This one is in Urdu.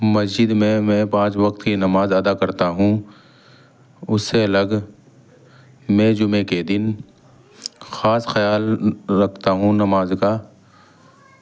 مسجد میں میں پانچ وقت کی نماز ادا کرتا ہوں اس سے الگ میں جمعہ کے دن خاص خیال رکھتا ہوں نماز کا